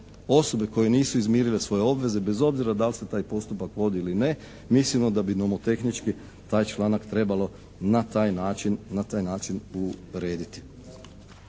osobe koje nisu izmirile svoje obveze bez obzira da li se taj postupak vodi ili ne. Mislimo da bi nomotehnički taj članak trebalo na taj način urediti.